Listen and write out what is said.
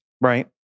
right